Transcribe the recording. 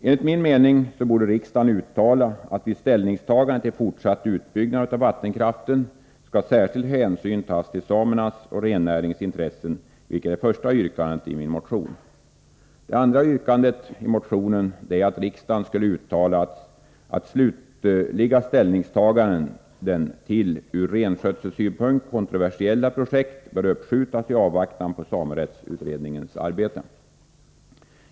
Enligt min mening borde riksdagen uttala att vid ställningstagande till fortsatt utbyggnad av vattenkraften särskild hänsyn skall tas till samernas och rennäringens intressen, vilket är det första yrkandet i min motion. Det andra yrkandet i motionen är att riksdagen skall uttala att slutliga ställningstaganden till ur renskötselsynpunkt kontroversiella projekt bör uppskjutas i avvaktan på samerättsutredningens arbete.